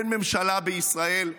אין ממשלה בישראל,